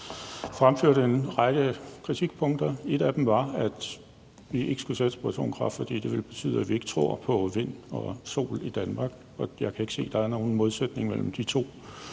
der fremgik en række kritikpunkter. Et af dem var, at vi ikke skulle satse på atomkraft, fordi det ville betyde, at vi ikke tror på vind og sol i Danmark. Jeg kan ikke se, at der er nogen modsætning mellem de to